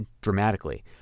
dramatically